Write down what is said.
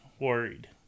worried